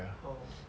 oh